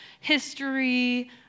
history